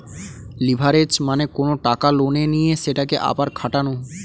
leverage মানে কোনো টাকা লোনে নিয়ে সেটাকে আবার খাটানো